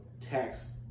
Tax